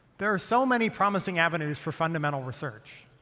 there are so many promising avenues for fundamental research.